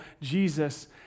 Jesus